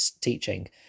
teaching